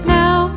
now